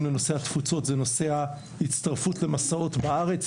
לנושא התפוצות זה נושא ההצטרפות למסעות בארץ,